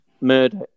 murder